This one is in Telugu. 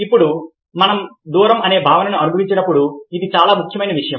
ఇప్పుడు మనం దూరం అనే భావనను అనుభవించినప్పుడు ఇది చాలా ముఖ్యమైన విషయం